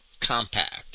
compact